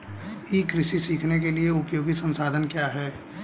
ई कृषि सीखने के लिए उपयोगी संसाधन क्या हैं?